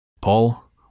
Paul